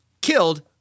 killed